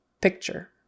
Picture